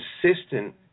consistent